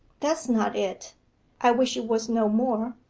that's not it i wish it was no more.